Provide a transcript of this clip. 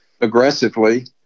aggressively